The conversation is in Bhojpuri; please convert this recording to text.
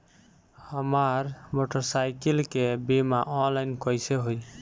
हमार मोटर साईकीलके बीमा ऑनलाइन कैसे होई?